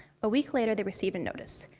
a week later they received a notice.